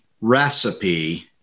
recipe